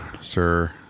sir